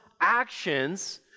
actions